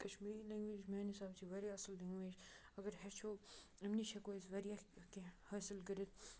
Kashmiri language میٛانہِ حِساب چھِ واریاہ اَصٕل لٮ۪نٛگویج اگر ہیٚچھو اَمہِ نِش ہٮ۪کو أسۍ واریاہ کینٛہہ حٲصِل کٔرِتھ